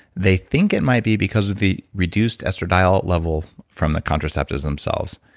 they think it might be because of the reduced estradiol level from the contraceptives themselves.